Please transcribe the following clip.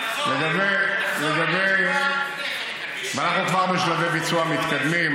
תעזור, ואנחנו כבר בשלבי ביצוע מתקדמים.